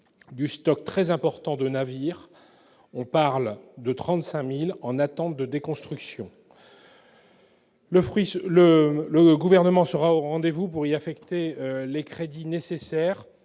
du stock très important de navires- on parle de 35 000 - en attente de déconstruction. Le Gouvernement sera au rendez-vous pour y affecter les crédits nécessaires,